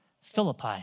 Philippi